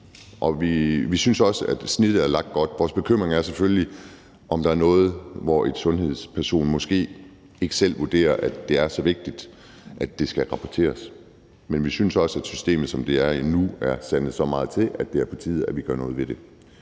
vi synes også, at snittet er lagt rigtigt. Vores bekymring går selvfølgelig på, om der er tilfælde, hvor en sundhedsperson ikke selv vurderer, at det er så vigtigt, at det skal rapporteres. Men vi synes også, at systemet, som det er nu, er sandet så meget til, er det på tide, at vi gør noget ved det.